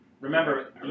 Remember